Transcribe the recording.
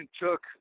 took